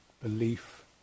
belief